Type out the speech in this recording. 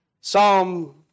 Psalm